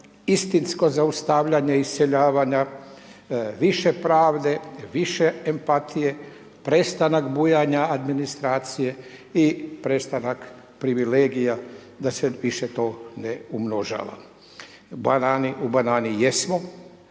istinsku zaustavljanje, iseljavanja više pravde, više empatije, prestanak bujanja administracije i prestanak privilegija, da se više to ne umnožava. U banani jesmo,